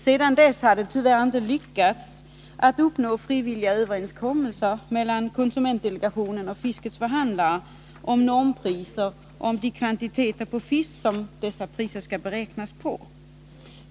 Sedan dess har man tyvärr inte lyckats uppnå frivilliga överenskommelser mellan konsumentdelegationen och fiskets förhandlare om normpriser och de kvantiteter fisk som dessa priser skall beräknas på.